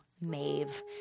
Maeve